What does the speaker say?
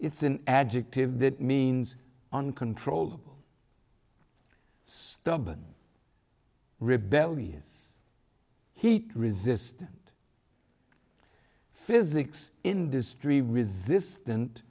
it's an adjective that means uncontrolled stubborn rebellious heat resistant physics industry resistant